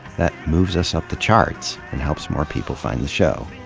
that moves us up the charts and helps more people find the show.